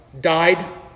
died